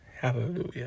Hallelujah